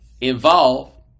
involve